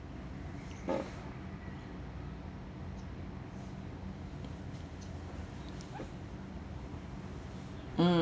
mm